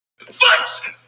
fucks